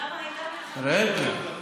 למה, הייתה מלחמה?